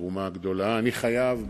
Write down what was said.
אני חייב,